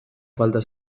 falta